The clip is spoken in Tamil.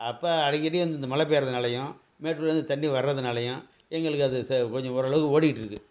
அப்போ அடிக்கடி இந்தந்த மழை பெயிகிறதுனாலையும் மேட்டூர்லேருந்து தண்ணி வரதுனாலையும் எங்களுக்கு அது சே கொஞ்சம் ஓரளவுக்கு ஓடிட்டுருக்கு